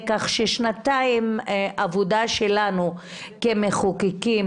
כך ששנתיים של עבודה שלנו כמחוקקים,